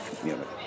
community